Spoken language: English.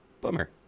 Bummer